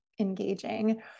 engaging